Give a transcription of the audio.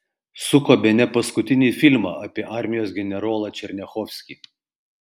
suko bene paskutinį filmą apie armijos generolą černiachovskį